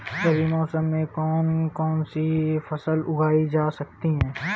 रबी मौसम में कौन कौनसी फसल उगाई जा सकती है?